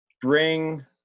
bring